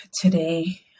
today